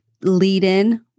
lead-in